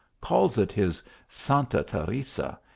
calls it his santa teresa,